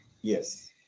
Yes